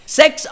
sex